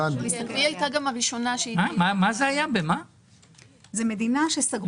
גם כתבתי על זה ספר.